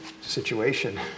situation